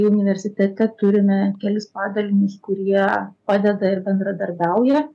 universitete turime kelis padalinius kurie padeda ir bendradarbiauja